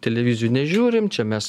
televizijų nežiūrim čia mes